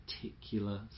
particular